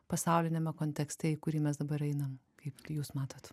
pasauliniame kontekste į kurį mes dabar einam kaip jūs matot